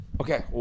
Okay